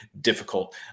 difficult